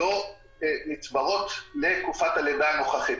לא נצברות לתקופת הלידה הנוכחית.